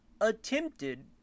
attempted